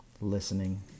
listening